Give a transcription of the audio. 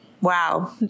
Wow